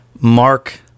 Mark